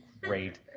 great